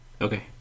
Okay